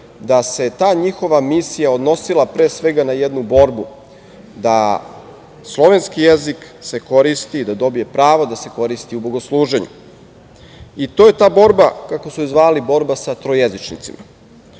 da se ta njihova misija odnosila pre svega na jednu borbu da slovenski jezik se koristi da dobije pravo da se koristi u bogosluženju i to je ta borba, kako su je zvali, sa trojezičnicima. Upravo